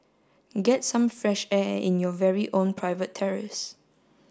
get some fresh air in your very own private terrace